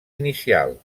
inicial